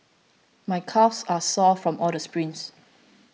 my calves are sore from all the sprints